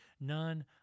none